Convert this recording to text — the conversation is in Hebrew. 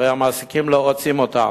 הרי המעסיקים לא רוצים אותנו.